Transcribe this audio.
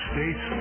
States